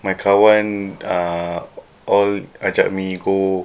my kawan uh all ajak me go